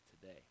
today